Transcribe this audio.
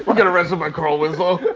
but get arrested by carl winslow.